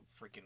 freaking